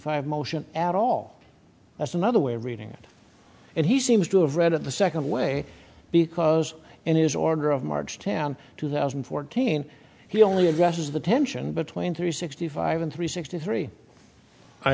five motion at all that's another way of reading and he seems to have read it the second way because and his order of march town two thousand and fourteen he only addresses the tension between three sixty five and three sixty three i